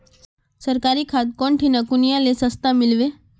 सरकारी खाद कौन ठिना कुनियाँ ले सस्ता मीलवे?